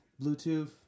Bluetooth